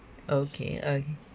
okay um